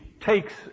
takes